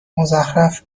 مزخرف